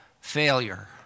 failure